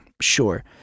Sure